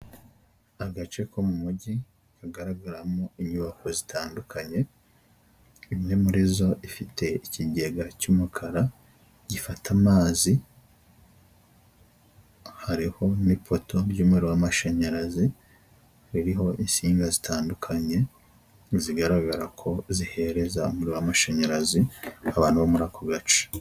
Tengamara na tiveya twongeye kubatengamaza, ishimwe kuri tiveya ryongeye gutangwa ni nyuma y'ubugenzuzi isuzuma n'ibikorwa byo kugaruza umusoro byakozwe dukomeje gusaba ibiyamu niba utariyandikisha kanda kannyeri maganainani urwego ukurikiza amabwiriza nibayandikishije zirikana fatire ya ibiyemu no kwandikisha nimero yawe ya telefone itanga n amakuru.